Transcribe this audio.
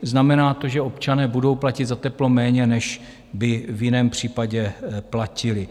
Znamená to, že občané budou platit za teplo méně, než by v jiném případě platili.